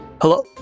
Hello